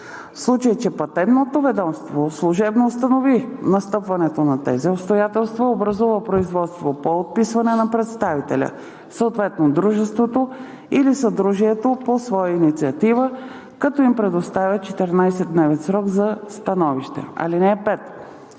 случай че Патентното ведомство служебно установи настъпването на тези обстоятелства, образува производство по отписване на представителя, съответно дружеството или съдружието по своя инициатива, като им предоставя 14-дневен срок за становище. (5)